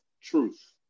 Truth